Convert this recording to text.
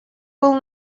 был